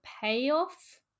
payoff